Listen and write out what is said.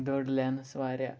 دٔر لیٚنٕس واریاہ